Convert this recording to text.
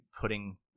putting